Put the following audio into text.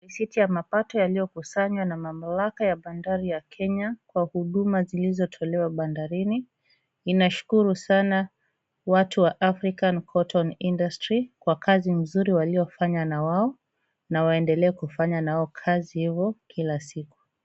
Risiti ya mapato yaliyokusanywa na mamlaka ya bandari ya Kenya kwa huduma zilizotolewa bandarini. Inashukuru sana watu wa African Cotton Industries kwa kazi mzuri waliofanya na wao na waendelee kufanya na wao kazi ivo kila siku.